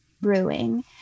brewing